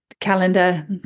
calendar